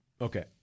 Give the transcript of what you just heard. okay